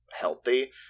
healthy